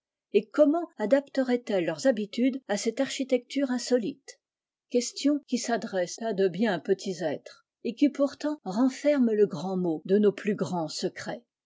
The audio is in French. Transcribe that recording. et comment adapteraientelles leurs habitudes à cette architecture insolite questions qui s'adressent à de biens petits êtres et qui pourtant renferment le grand mot de nos plus grands secrets